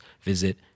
visit